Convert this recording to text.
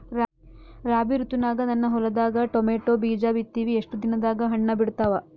ರಾಬಿ ಋತುನಾಗ ನನ್ನ ಹೊಲದಾಗ ಟೊಮೇಟೊ ಬೀಜ ಬಿತ್ತಿವಿ, ಎಷ್ಟು ದಿನದಾಗ ಹಣ್ಣ ಬಿಡ್ತಾವ?